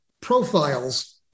profiles